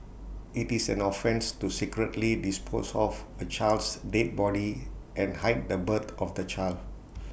IT is an offence to secretly dispose of A child's dead body and hide the birth of the child